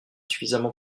suffisamment